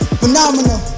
phenomenal